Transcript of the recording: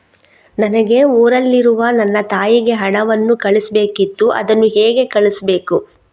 ನನಗೆ ಊರಲ್ಲಿರುವ ನನ್ನ ತಾಯಿಗೆ ಹಣವನ್ನು ಕಳಿಸ್ಬೇಕಿತ್ತು, ಅದನ್ನು ಹೇಗೆ ಕಳಿಸ್ಬೇಕು?